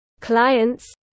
Clients